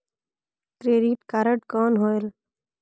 Credit card कौन होएल?